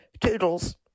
toodles